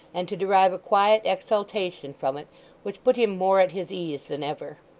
and to derive a quiet exultation from it which put him more at his ease than ever.